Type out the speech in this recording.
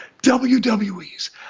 WWE's